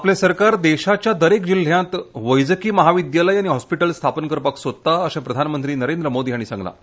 आपले सरकार देशाच्या दरेक जिल्ह्यांत एक वैद्यकीय महाविद्यालय आनी हॉस्पिटल स्थापन करपाक सोदता अशें प्रधानमंत्री नरेंद्र मोदी हांणी सांगलां